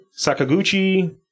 Sakaguchi